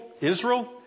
Israel